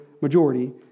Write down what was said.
majority